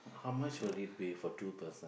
how much will it be for two person